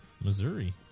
Missouri